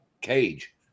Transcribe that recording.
cage